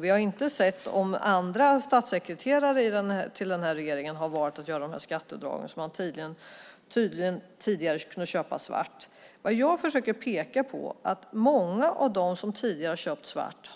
Vi har inte sett om andra statssekreterare till regeringen har valt att göra de här skatteavdragen för tjänster som man tidigare tydligen kunde köpa svart. Vad jag försöker peka på är att många av dem som tidigare köpt svart